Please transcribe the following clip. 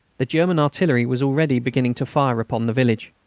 the german artillery was already beginning to fire upon the village.